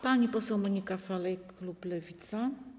Pani poseł Monika Falej, klub Lewica.